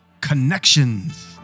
connections